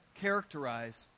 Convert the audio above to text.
characterize